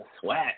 sweat